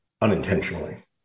unintentionally